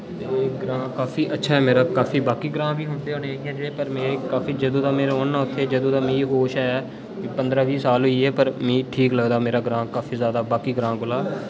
ते ग्रां काफी अच्छा ऐ मेरे ते बाकि ग्रां बी होंदे होने जेह्के पर मेरे जदू दा में रौह्ना उत्थे जदू दा मी होश ऐ पन्द्रा बीह् साल होई ऐ पर मी ठीक लगदा आपने ग्रां बाकि ग्रां कोला